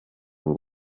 ubu